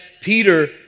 Peter